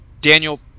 Daniel